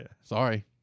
Sorry